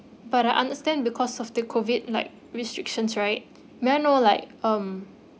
but I understand because of the COVID like restrictions right may I know like um